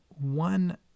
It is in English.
one